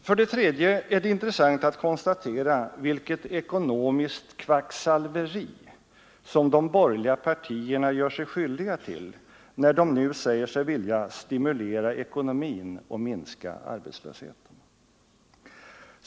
För det tredje är det intressant att konstatera vilket ekonomiskt kvacksalveri de borgerliga partierna gör sig skyldiga till när de nu säger sig vilja ”stimulera ekonomin” och minska arbetslösheten.